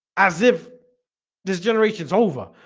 as if this generation is over